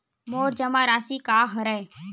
मोर जमा राशि का हरय?